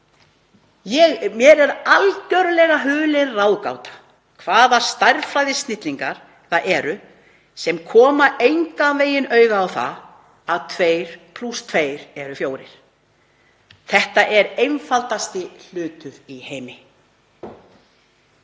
Mér er algerlega hulin ráðgáta hvaða stærðfræðisnillingar það eru sem koma engan veginn auga á það að tveir plús tveir eru fjórir. Þetta er einfaldasti hlutur í heimi